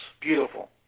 Beautiful